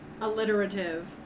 alliterative